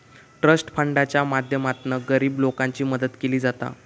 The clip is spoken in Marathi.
ट्रस्ट फंडाच्या माध्यमातना गरीब लोकांची मदत केली जाता